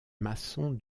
maçon